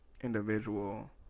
individual